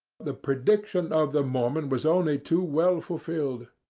the prediction of the mormon was only too well fulfilled.